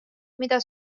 mida